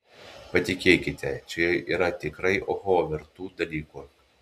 patikėkite čia yra tikrai oho vertų dalykų